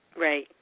Right